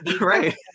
Right